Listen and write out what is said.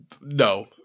No